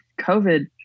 COVID